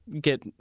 get